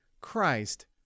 Christ